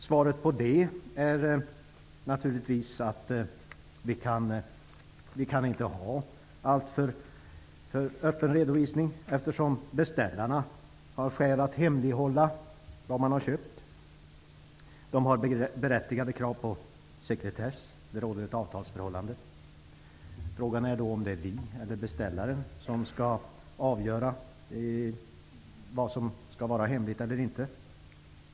Svaret på det blir naturligtvis att vi inte kan ha en alltför öppen redovisning, eftersom beställarna har skäl att hemlighålla vad de har köpt. De har berättigade krav på sekretess. Ett avtalsförhållande råder. Frågan är om det är vi eller beställaren som skall avgöra vad som skall vara hemligt och inte.